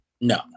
No